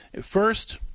First